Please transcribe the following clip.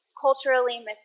culturally